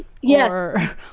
Yes